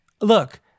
Look